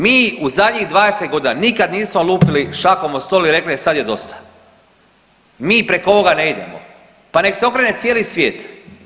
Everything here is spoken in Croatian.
Mi u zadnjih 20 godina nikad nismo lupili šakom o stol i rekli e sad je dosta mi preko ovoga ne idemo pa nek se okrene cijeli svijet.